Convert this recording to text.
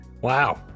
Wow